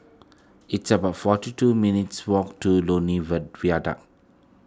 it's about forty two minutes' walk to Lornie Viaduct